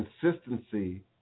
consistency